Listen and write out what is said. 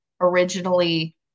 originally